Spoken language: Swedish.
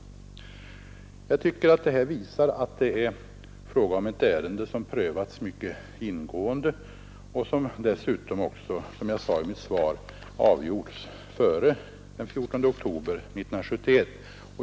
Jag tycker detta visar att det här är fråga om ett ärende som prövats mycket ingående och som dessutom, som jag sade i mitt svar, avgjorts före den 14 oktober 1971.